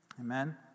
Amen